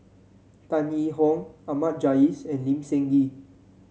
Tan Yee Hong Ahmad Jais and Lee Seng Gee